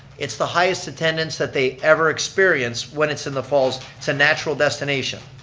it's the highest attendance that they ever experience when it's in the falls, it's a natural destination.